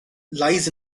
lies